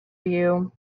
you